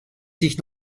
sich